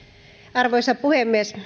arvoisa puhemies